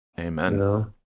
Amen